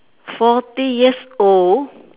forty years old